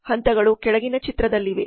ಹಂತಗಳು ಕೆಳಗಿನ ಚಿತ್ರದಲ್ಲಿವೆ